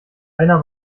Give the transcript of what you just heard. einer